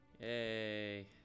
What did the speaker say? Yay